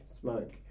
smoke